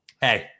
Hey